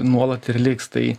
nuolat ir liks tai